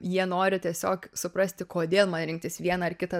jie nori tiesiog suprasti kodėl rinktis vieną ar kitą